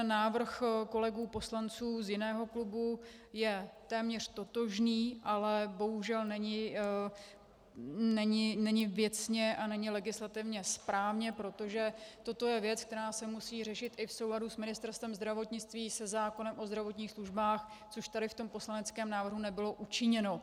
Návrh kolegů poslanců z jiného klubu je téměř totožný, ale bohužel není věcně a legislativně správně, protože toto je věc, která se musí řešit i v souladu s Ministerstvem zdravotnictví, se zákonem o zdravotních službách, což tady v tom poslaneckém návrhu nebylo učiněno.